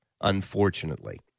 unfortunately